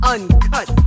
Uncut